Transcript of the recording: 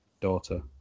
daughter